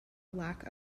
lack